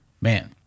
Man